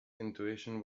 intuition